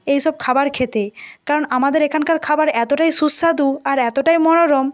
এই সব খাবার খেতে কারণ আমাদের এখানকার খাবার এতোটাই সুস্বাদু আর এতোটাই মনোরম